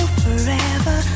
forever